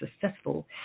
successful